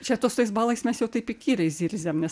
čia to su tais balais mes jau taip įkyriai zirziam nes